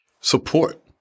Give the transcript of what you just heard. Support